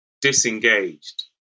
disengaged